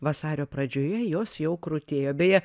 vasario pradžioje jos jau krutėjo beje